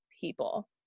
people